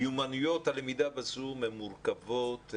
מיומנויות הלמידה ב-זום הן מורכבות.